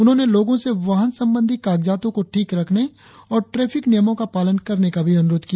उन्होंने लोगों से वाहन संबंधी कागजातों को ठीक रखने और ट्रेफिक नियमों का पालन करने का भी अनुरोध किया